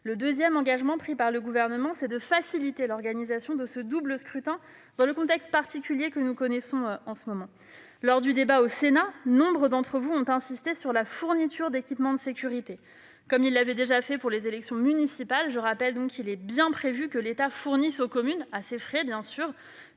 Le deuxième engagement pris par le Gouvernement est de faciliter l'organisation de ce double scrutin, dans le contexte particulier que nous connaissons en ce moment. Lors du débat de ce texte au Sénat, nombre d'entre vous ont insisté sur la fourniture d'équipements de sécurité. L'État l'avait déjà fait pour les élections municipales ; il est bien prévu qu'il fournisse aux communes- à ses frais, bien sûr